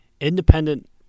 independent